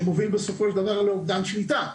שמוביל בסופו של דבר לאובדן שליטה,